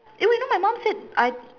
eh wait you know my mum said I